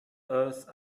earth